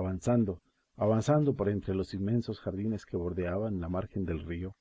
avanzando avanzando por entre los inmensos jardines que bordeaban la margen del río